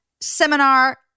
seminar